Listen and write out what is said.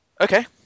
Okay